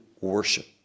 worship